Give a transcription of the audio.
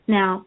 Now